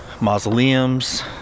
mausoleums